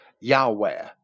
Yahweh